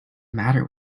matter